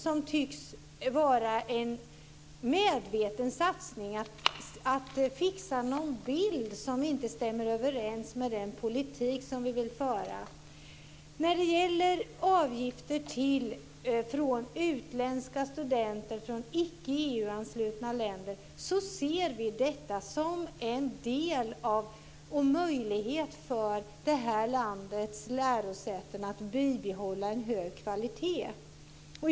Det tycks vara en medveten satsning att fixa en bild som inte stämmer överens med den politik som vi vill föra. Vi ser avgifter för utländska studenter från icke EU-anslutna länder som en möjlighet för det här landets lärosäten att bibehålla en hög kvalitet.